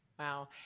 Wow